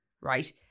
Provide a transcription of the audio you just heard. right